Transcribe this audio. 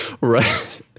Right